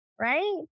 right